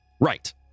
Right